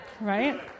right